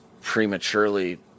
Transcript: prematurely